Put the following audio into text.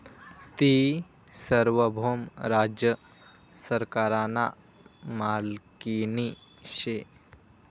ती सार्वभौम राज्य सरकारना मालकीनी शे